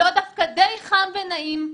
לו דווקא די חם ונעים,